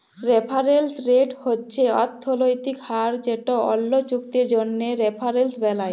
referrals rate হছে অথ্থলৈতিক হার যেট অল্য চুক্তির জ্যনহে রেফারেলস বেলায়